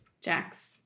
Jax